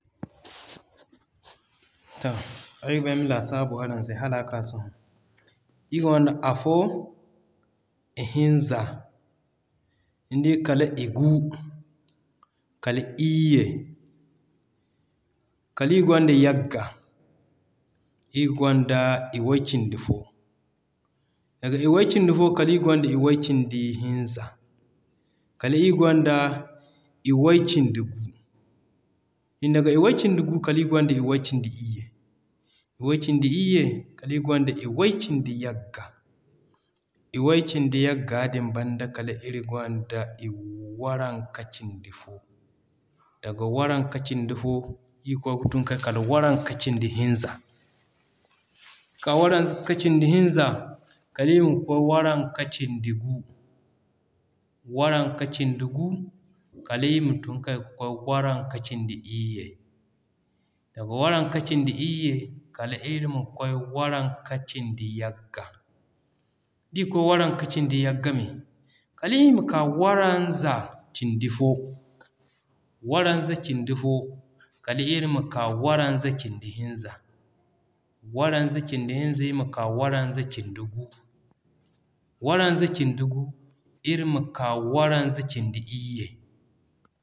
Ay ga ba ay ma laasabu araŋ se hala ga k'a sohõ. Iri gonda: Afo, i hinza, nidi kala igu, kala iyye, kala ir gonda yagga, iri gonda iway cindi fo, daga iway cindi fo ir gonda iway cindi hinza, kala ir gonda iway cindi gu, daga iway cindi gu iri gonda iway cindi iyye, iway cindi iyye kala ir gonda iway cindi yagga, iway cindi yagga din banda kala waranka cindi fo, daga waranka cindi fo ir kwaay ka tun kay kala waranka cindi hinza, waranka cindi hinza kala ir ma kwaay waranka cindi gu, waranka cindi gu kala ir ma tun kay kwaay waranka cindi iyye, daga waranka cindi iyye kala ir ma kwaay waranka cindi yagga. Dir kwaay waranka cindi yagga me, kala ir ma ka waranza cindi fo, waranza cindi fo, kala ir ma k'a waranza cindi hinza, waranza cindi hinza ir ma ka waranza cindi gu, waranza cindi gu, ir ma ka waranza cindi iyye.